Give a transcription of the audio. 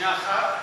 שנייה אחת.